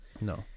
No